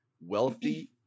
wealthy